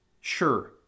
Sure